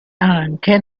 anche